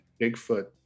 Bigfoot